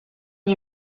gli